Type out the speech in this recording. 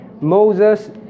Moses